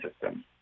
system